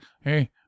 Hey